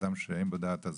אדם שאין בו דעת,